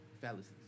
Fallacies